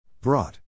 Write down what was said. Brought